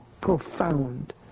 profound